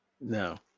No